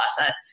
asset